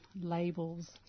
labels